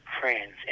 friends